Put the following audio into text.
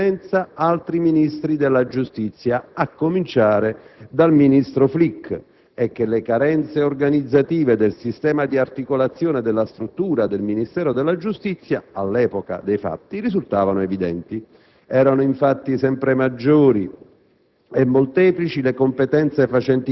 di cui si erano avvalsi già in precedenza altri Ministri della giustizia a cominciare dal ministro Flick, e che le carenze organizzative del sistema di articolazione della struttura del Ministero della giustizia, all'epoca dei fatti, risultavano evidenti. Erano infatti sempre maggiori